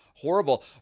Horrible